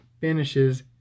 finishes